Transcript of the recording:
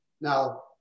Now